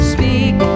Speak